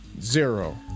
Zero